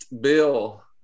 bill